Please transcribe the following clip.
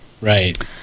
Right